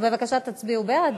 בבקשה, תצביעו בעד.